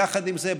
יחד עם זאת,